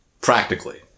practically